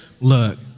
Look